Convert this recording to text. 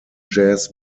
jazz